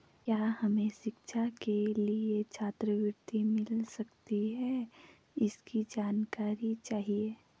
क्या हमें शिक्षा के लिए छात्रवृत्ति मिल सकती है इसकी जानकारी चाहिए?